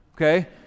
okay